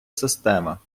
система